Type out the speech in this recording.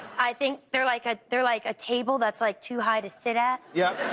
i think they're like ah they're like a table that's like too high to sit at. yeah